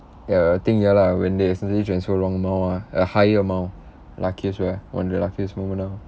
ya I think ya lah when they accidentally transfer wrong amount ah a higher amount luckiest well one of the luckiest moment ah